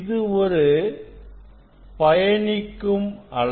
இது ஒரு பயணிக்கும் அலை